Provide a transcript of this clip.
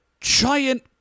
giant